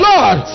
Lord